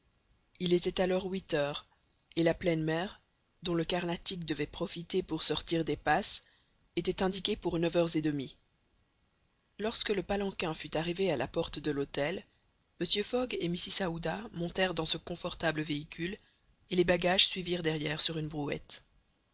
il était alors huit heures et la pleine mer dont le carnatic devait profiter pour sortir des passes était indiquée pour neuf heures et demie lorsque le palanquin fut arrivé à la porte de l'hôtel mr fogg et mrs aouda montèrent dans ce confortable véhicule et les bagages suivirent derrière sur une brouette